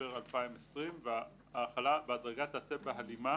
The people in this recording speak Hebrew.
בספטמבר 2020); ההחלה בהדרגה תיעשה בהלימה